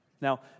Now